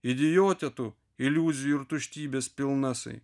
idiote tų iliuzijų ir tuštybės pilnasai